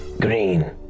Green